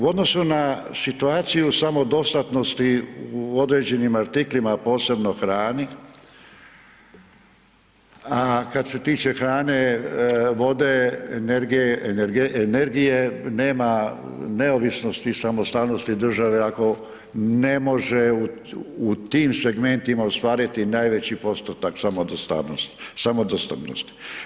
U odnosu na situaciju samodostatnosti u određenim artiklima, a posebno hrani, a kad se tiče hrane, vode, energije nema neovisnosti i samostalnosti države ako ne može u tim segmentima ostvariti najveći postotak samodostavnosti.